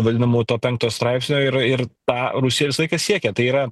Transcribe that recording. vadinamu tuo penkto straipsniu ir ir tą rusija visąlaik ir siekia tai yra